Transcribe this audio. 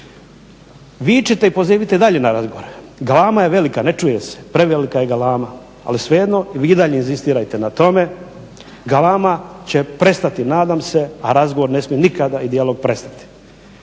vičite i pozivajte dalje na razgovor, galama je velika, ne čuje se, prevelika je galama, ali svejedno vi i dalje inzistirajte na tome, galama će prestati nadam se, a razgovor ne smije nikada i dijalog prestati.